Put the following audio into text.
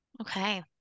Okay